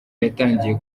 yatangiye